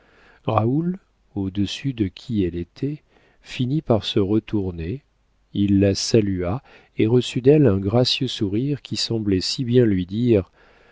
raoul au-dessus de qui elle était finit par se retourner il la salua et reçut d'elle un gracieux sourire qui semblait si bien lui dire